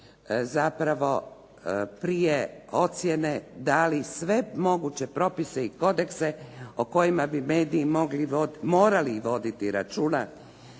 zapravo prije ocjene dali sve moguće propise i kodekse o kojima bi mediji morali voditi računa